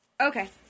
Okay